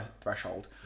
threshold